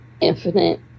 Infinite